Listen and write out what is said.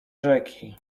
rzeki